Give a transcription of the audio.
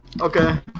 Okay